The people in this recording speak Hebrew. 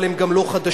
אבל הם גם לא חדשים,